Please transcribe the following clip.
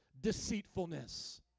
deceitfulness